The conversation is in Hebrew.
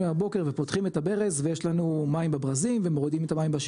בבוקר ופותחים את הברז ויש לנו מים בברזים,